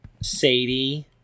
Sadie